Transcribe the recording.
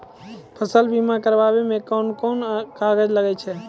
फसल बीमा कराबै मे कौन कोन कागज लागै छै?